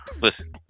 Listen